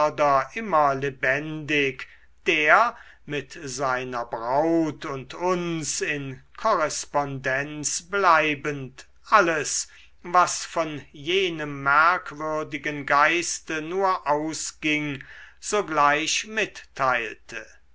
immer lebendig der mit seiner braut und uns in korrespondenz bleibend alles was von jenem merkwürdigen geiste nur ausging sogleich mitteilte